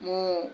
ମୁଁ